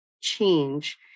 change